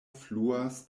fluas